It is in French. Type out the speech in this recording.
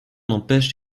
n’empêche